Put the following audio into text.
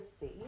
see